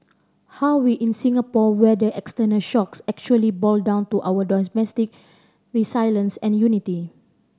how we in Singapore weather external shocks actually boil down to our domestic resilience and unity